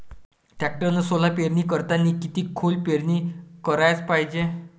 टॅक्टरनं सोला पेरनी करतांनी किती खोल पेरनी कराच पायजे?